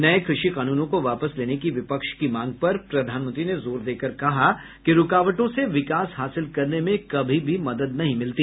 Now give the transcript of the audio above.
नये क्रषि कानूनों को वापस लेने की विपक्ष की मांग पर प्रधानमंत्री ने जोर देकर कहा कि रूकावटों से विकास हासिल करने में कभी भी मदद नहीं मिलती